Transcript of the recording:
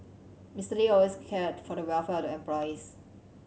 Mister Lee always cared for the welfare of the employees